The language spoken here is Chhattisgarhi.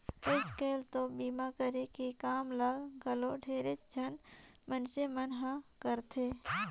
आयज कायल तो बीमा करे के काम ल घलो ढेरेच झन मइनसे मन हर करथे